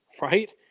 right